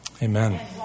Amen